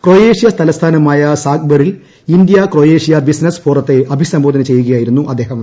Croatia തലസ്ഥാനമായ സാഗ്റെബിൽ India Croatia business ഫോറത്തെ അഭിസംബോധന ചെയ്യുകയായിരുന്നു അദ്ദേഹം